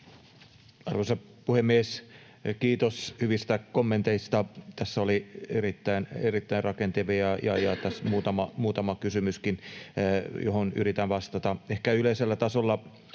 Arvoisa puhemies! Kiitos hyvistä kommenteista, tässä oli erittäin rakentavia ja muutama kysymyskin, joihin yritän vastata. Ehkä yleisellä tasolla